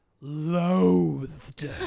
loathed